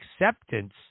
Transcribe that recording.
acceptance